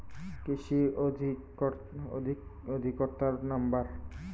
কৃষি অধিকর্তার নাম্বার?